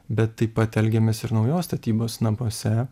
bet taip pat elgiamės ir naujos statybos namuose